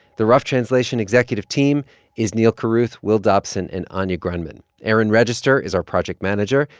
the rough translation executive team is neal carruth, will dobson and anya grundmann. aaron register is our project manager,